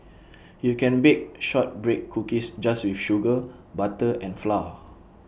you can bake Shortbread Cookies just with sugar butter and flour